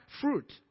fruit